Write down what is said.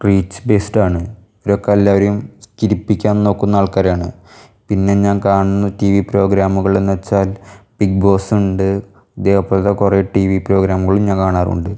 reach ബേയ്സ്ഡാണ് അവരൊക്കെ എല്ലാവരെയും ചിരിപ്പിക്കാൻ നോക്കുന്ന ആൾക്കാരാണ് പിന്നെ ഞാൻ കാണുന്ന ടിവി പ്രോഗ്രാമുകൾ എന്നു വച്ചാൽ ബിഗ്ബോസ് ഉണ്ട് ഇതേ പോലെ കുറേ ടിവി പ്രോഗ്രാമുകളും ഞാൻ കാണാറുണ്ട്